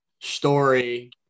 Story